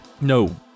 No